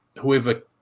whoever